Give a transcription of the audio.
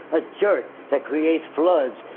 a jerk that creates floods,